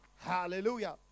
hallelujah